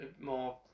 more